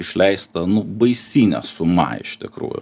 išleista nu baisinė suma iš tikrųjų